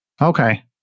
Okay